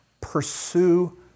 pursue